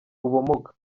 ubumuga